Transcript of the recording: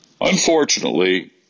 Unfortunately